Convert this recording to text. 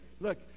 look